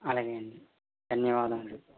అలాగే అండి ధన్యవాదములు